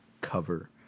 cover